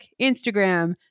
instagram